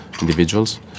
individuals